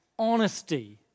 Honesty